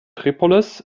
tripolis